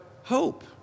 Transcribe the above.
hope